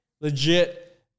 legit